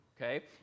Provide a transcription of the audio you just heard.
okay